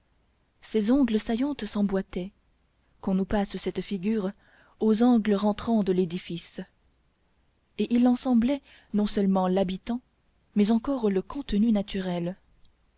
ses angles saillants s'emboîtaient qu'on nous passe cette figure aux angles rentrants de l'édifice et il en semblait non seulement l'habitant mais encore le contenu naturel